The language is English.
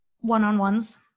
one-on-ones